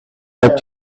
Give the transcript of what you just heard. luck